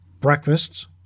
breakfasts